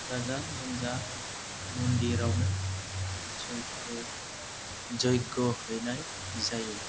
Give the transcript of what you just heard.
गाजा गोमजा मन्दिरावनो जयग' जयग' हैनाय जायो